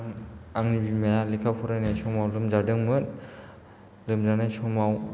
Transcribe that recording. आंनि बिमाया लेखा फरायनाय समाव लोमजादोंमोन लोमजानाय समाव